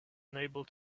unable